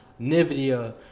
nvidia